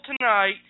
tonight